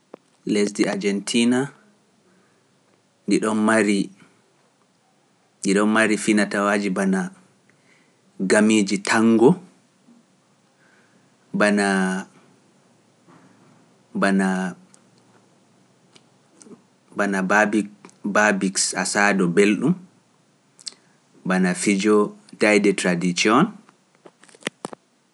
Lesdi Ajantiina, ɗi ɗon mari finatawaaji bana gamiiji tango, bana babiqs asaaɗo belɗum, bana fijo daayde tradiikiyoŋ.